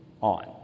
on